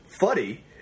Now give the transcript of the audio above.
funny